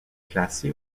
classé